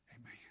Amen